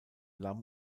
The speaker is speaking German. lamm